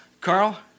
Carl